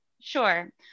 Sure